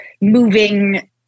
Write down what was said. moving